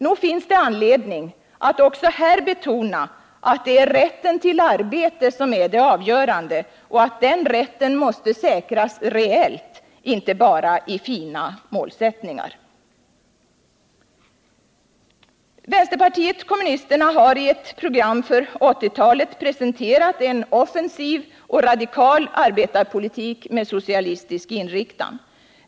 Nog finns det anledning att också här betona att det är rätten till arbete som är det avgörande och att den rätten måste säkras reellt, inte bara i fina målsättningar. Vänsterpartiet kommunisterna har i ett program för 1980-talet presenterat en offensiv och radikal arbetarpolitik med socialistisk inriktning.